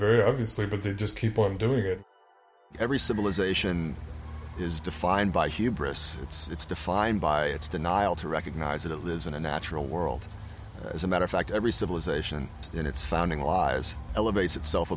very obviously but they just keep on doing it every civilization is defined by hubris it's defined by its denial to recognize that it lives in a natural world as a matter of fact every civilization in its founding lies elevates itself